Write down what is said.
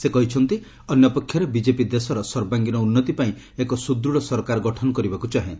ସେ କହିଛନ୍ତି ଅନ୍ୟପକ୍ଷରେ ବିଜେପି ଦେଶର ସର୍ବାଙ୍ଗୀନ ଉନ୍ତି ପାଇଁ ଏକ ସୁଦୂତ ସରକାର ଗଠନ କରିବାକୁ ଚାହେଁ